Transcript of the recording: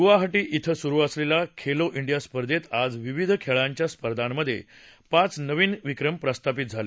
गुवाहारी श्वे सुरु असलेल्या खेलो डिया स्पर्धेत आज विविध खेळांच्या स्पर्धामधे पाच नवीन विक्रम प्रस्थापित झाले